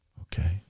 Okay